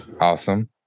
Awesome